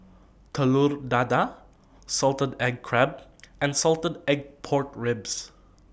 Telur Dadah Salted Egg Crab and Salted Egg Pork Ribs